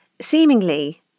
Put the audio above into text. seemingly